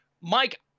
Mike